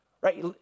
Right